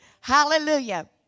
Hallelujah